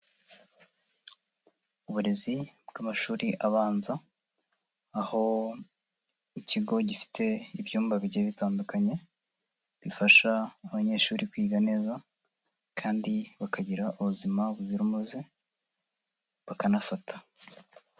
Uburezi bw'amashuri abanza, aho ikigo gifite ibyumba bigiye bitandukanye bifasha abanyeshuri kwiga neza, kandi bakagira ubuzima buzira maze bakanafata.